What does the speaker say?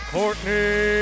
Courtney